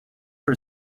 for